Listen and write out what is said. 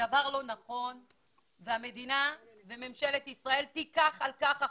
דבר לא נכון והמדינה וממשלת ישראל תיקח על כך אחריות.